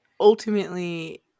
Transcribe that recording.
ultimately